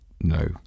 No